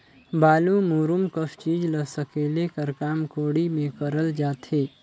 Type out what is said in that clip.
बालू, मूरूम कस चीज ल सकेले कर काम कोड़ी मे करल जाथे